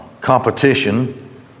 competition